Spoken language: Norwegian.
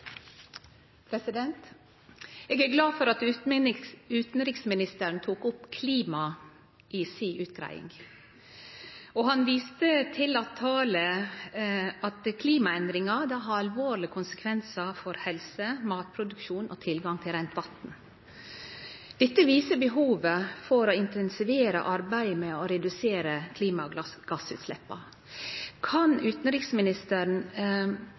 glad for at utanriksministeren tok opp klima i si utgreiing. Han viste til at klimaendringar har alvorlege konsekvensar for helse, matproduksjon og tilgang til reint vatn. Dette viser behovet for å intensivere arbeidet med å redusere klima- og gassutsleppa. Kan utanriksministeren